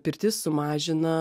pirtis sumažina